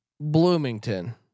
Bloomington